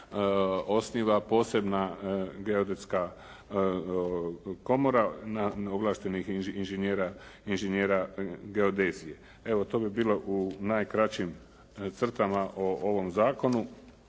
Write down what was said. osniva posebna geodetska komora ovlaštenih inženjera geodezije. Evo to bi bilo u najkraćim crtama o ovom zakonu.